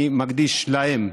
אני מקדיש להם,